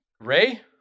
Ray